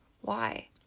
Why